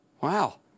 Wow